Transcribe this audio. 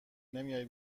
نمیای